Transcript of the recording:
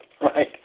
right